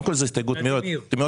קודם כל זו הסתייגות מאוד חשובה,